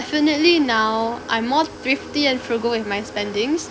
now I'm more thrifty and frugal with my spendings